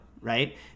right